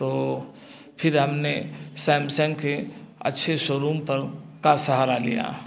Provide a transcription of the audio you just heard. तो फिर हम ने सैमसंग के अच्छे शोरूम पर का सहारा लिया